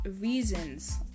reasons